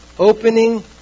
opening